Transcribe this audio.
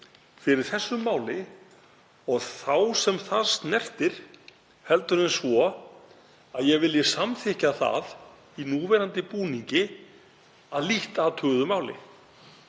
fyrir þessu máli og þá sem það snertir heldur en svo að ég vilji samþykkja það í núverandi búningi að lítt athuguðu máli.